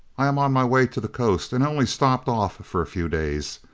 i am on my way to the coast, and only stopped off for a few days.